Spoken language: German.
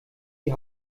die